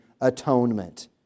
atonement